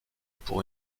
pour